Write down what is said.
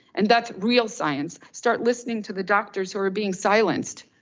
and that's real science. start listening to the doctors who are being silenced.